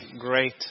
Great